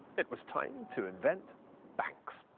it was time to invent banks.